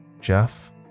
Jeff